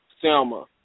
Selma